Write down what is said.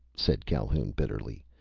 said calhoun bitterly,